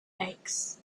banks